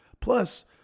plus